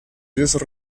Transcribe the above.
vies